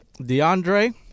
DeAndre